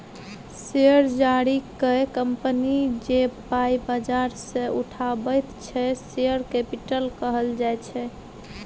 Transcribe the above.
share जारी कए company जे पाइ बजार सँ उठाबैत छै शेयर कैपिटल कहल जाइ छै